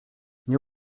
nie